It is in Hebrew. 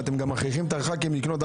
אתם גם מכריחים את החה"כים לקנות מחשב